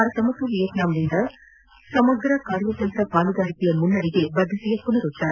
ಭಾರತ ಮತ್ತು ವಿಯೆಟ್ನಾಂನಿಂದ ಸಮಗ್ರ ಕಾರ್ಯತಂತ್ರ ಪಾಲುದಾರಿಕೆಯ ಮುನ್ನಡೆಗೆ ಬದ್ದತೆಯ ಪುನರುಚ್ಲಾರ